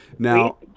Now